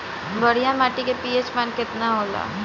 बढ़िया माटी के पी.एच मान केतना होला?